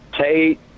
Tate